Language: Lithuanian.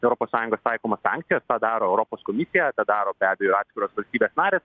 europos sąjungos taikomas sankcijas tą daro europos komisija tą daro be abejo atskiros valstybės narės